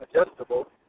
adjustable